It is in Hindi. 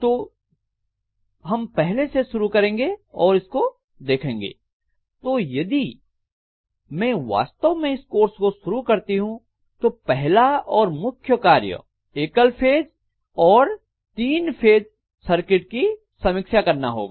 तो हम पहले से शुरू करेंगे और इसको देखेंगे तो यदि मैं वास्तव में इस कोर्स को शुरू करती हूं तो पहला और मुख्य कार्य एकल फेस और तीन फेस सर्किट की समीक्षा करना होगा